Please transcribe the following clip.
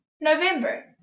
November